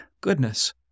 goodness